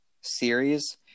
series